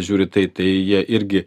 žiūri tai tai jie irgi